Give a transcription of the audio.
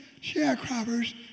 sharecroppers